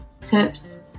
tips